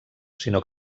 sinó